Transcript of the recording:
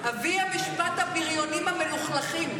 נאור,